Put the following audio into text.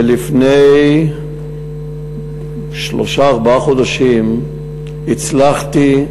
שלפני שלושה-ארבעה חודשים הצלחתי,